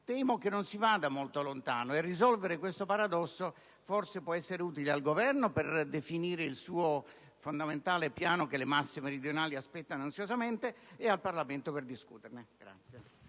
temo che non si vada molto lontano. Risolverlo può essere utile al Governo per definire il suo fondamentale piano che le masse meridionali aspettano ansiosamente e al Parlamento per discuterne.